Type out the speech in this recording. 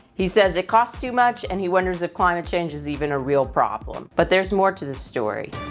he says it costs too much and he wonders if climate change is even a real problem. but there's more to the story.